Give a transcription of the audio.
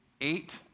eight